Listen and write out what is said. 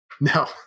No